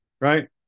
Right